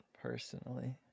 personally